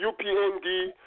UPND